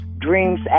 dreams